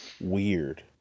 weird